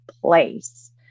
place